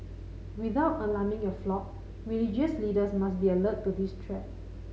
without alarming your flock religious leaders must be alert to this threat